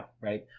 Right